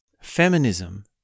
Feminism